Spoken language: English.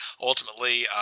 ultimately